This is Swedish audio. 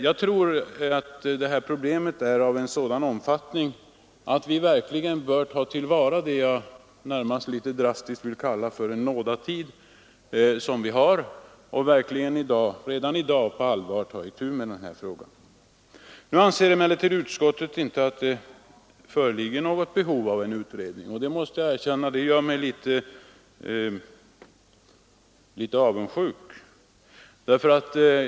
Jag tror att problemen är av sådan omfattning att vi verkligen bör ta vara på den nådatid, drastiskt uttryckt, som vi har, och redan nu på allvar ta itu med frågan. Nu anser emellertid utskottet att det inte föreligger något behov av utredning. Det gör mig litet avundsjuk.